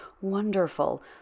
wonderful